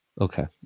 Okay